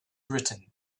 written